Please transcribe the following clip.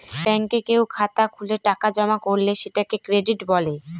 ব্যাঙ্কে কেউ খাতা খুলে টাকা জমা করলে সেটাকে ক্রেডিট বলে